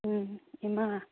ꯎꯝ ꯏꯝꯥ